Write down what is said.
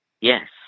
yes